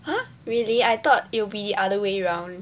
!huh! really I thought it'll be other way round